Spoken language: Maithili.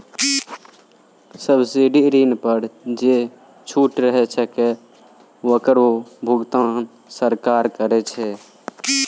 सब्सिडी ऋण पर जे छूट रहै छै ओकरो भुगतान सरकार करै छै